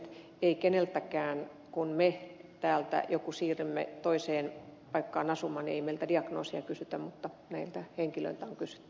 ei keneltäkään meiltä kun joku meistä täältä siirtyy toiseen paikkaan asumaan diagnoosia kysytä mutta näiltä henkilöiltä on kyse